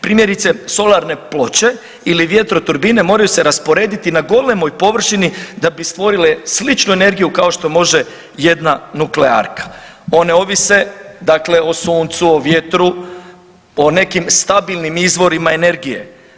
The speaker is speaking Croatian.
Primjerice solarne ploče ili vjetroturbine moraju se rasporediti na golemoj površini da bi stvorile sličnu energiju kao što može jedna nuklearka, one ovise dakle o suncu, o vjetru, o nekim stabilnim izvorima energije.